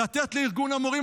לתת לארגון המורים,